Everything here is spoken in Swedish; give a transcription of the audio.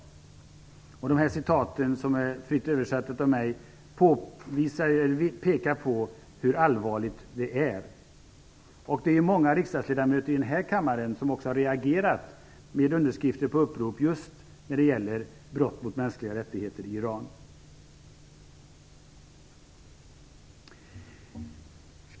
Dessa citat, som är fritt översatta av mig, pekar på hur allvarligt läget är. Det är många ledamöter i den här kammaren som också har reagerat genom att skriva under upprop just när det gäller brott mot mänskliga rättigheter i Iran.